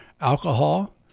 alcohol